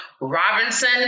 Robinson